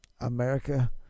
america